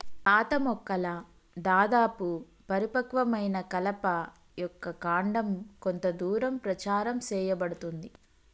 పాత మొక్కల దాదాపు పరిపక్వమైన కలప యొక్క కాండం కొంత దూరం ప్రచారం సేయబడుతుంది